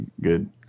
good